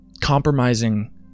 compromising